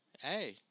hey